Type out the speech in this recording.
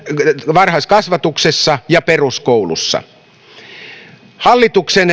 varhaiskasvatuksessa ja peruskoulussa hallituksen